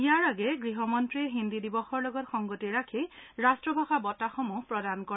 ইয়াৰ আগেয়ে গৃহমন্ত্ৰীয়ে হিন্দী দিৱসৰ লগত সংগতি ৰাখি ৰাট্টভাষা বঁটাসমূহ প্ৰদান কৰে